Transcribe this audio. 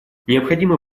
необходимо